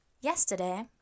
Yesterday